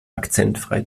akzentfrei